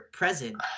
present